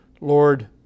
Lord